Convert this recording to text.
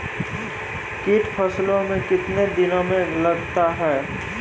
कीट फसलों मे कितने दिनों मे लगते हैं?